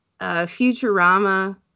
Futurama